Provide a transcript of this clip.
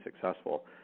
successful